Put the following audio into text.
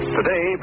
Today